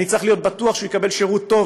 אני צריך להיות בטוח שהוא יקבל שירות טוב,